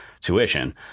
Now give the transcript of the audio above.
tuition